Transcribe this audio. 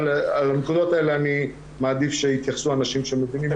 אבל על הנקודות האלה אני מעדיף שיתייחסו אנשים שמבינים יותר.